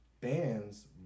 bands